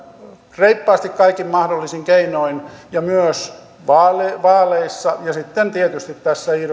reippaasti kaikin mahdollisin keinoin myös vaaleissa ja sitten tietysti tässä